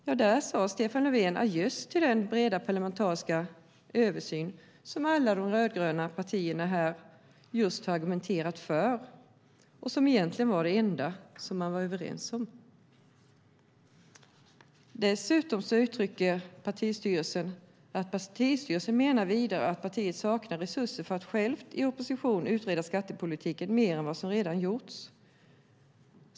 Ja, där sade Stefan Löfven ajöss till den breda parlamentariska översyn som alla de rödgröna partierna just har argumenterat för här och som egentligen var det enda som de var överens om. Partistyrelsen menar vidare att partiet saknar resurser för att självt i opposition utreda skattepolitiken mer än vad som redan gjorts.